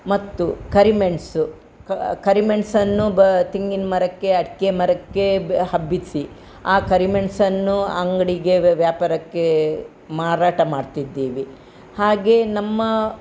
ಮತ್ತು ಕರಿಮೆಣಸು ಕ ಕರಿಮೆಣಸನ್ನು ಬ ತೆಂಗಿನ ಮರಕ್ಕೆ ಅಡಿಕೆ ಮರಕ್ಕೆ ಬ್ ಹಬ್ಬಿಸಿ ಆ ಕರಿಮೆಣಸನ್ನು ಅಂಗಡಿಗೆ ವ್ಯ್ ವ್ಯಾಪಾರಕ್ಕೆ ಮಾರಾಟ ಮಾಡ್ತಿದ್ದೀವಿ ಹಾಗೇ ನಮ್ಮ